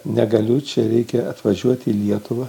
negaliu čia reikia atvažiuot į lietuvą